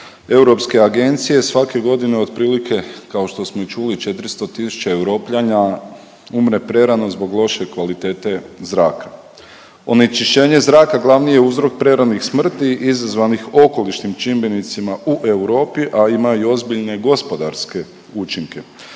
Europske agencije svake godine otprilike kao što smo i čuli 400 000 Europljana umre prerano zbog loše kvalitete zraka. Onečišćenje zraka glavni je uzrok preranih smrti izazvanih okolišnim čimbenicima u Europi, a ima i ozbiljne gospodarske učinke,